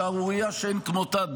שערורייה שאין כמותה,